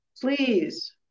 please